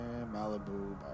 Malibu